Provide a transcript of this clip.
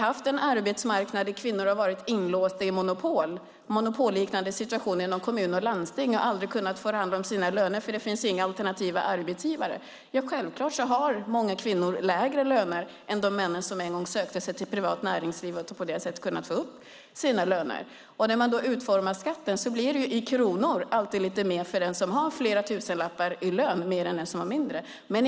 På en arbetsmarknad där kvinnor varit inlåsta i monopolliknande situationer inom kommun och landsting och aldrig kunnat förhandla om sina löner eftersom det inte finns några alternativa arbetsgivare har många kvinnor självklart lägre lön än de män som en gång sökte sig till det privata näringslivet där de kunnat förhandla upp sina löner. När man utformar skatten blir det i kronor alltid lite mer för den som har flera tusen mer i lön.